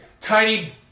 tiny